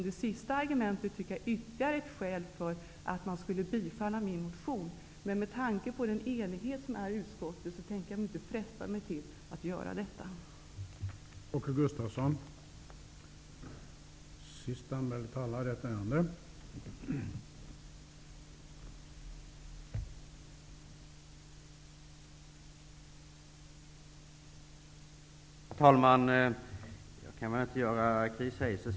Det senaste argumentet anser jag vara ytterligare ett skäl för bifall till min motion. Men med tanke på utskottets enighet tänker jag inte fresta mig till att yrka på något bifall.